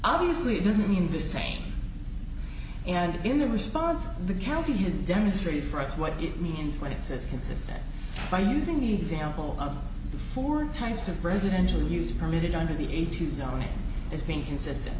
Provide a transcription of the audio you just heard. obviously doesn't mean the same and in the response the county has demonstrated for us what it means when it says consistent by using the example of four times in residential use committed under the a two zone as being consistent